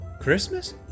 Christmas